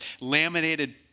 laminated